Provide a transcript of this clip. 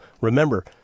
Remember